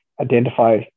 identify